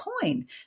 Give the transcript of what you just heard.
coin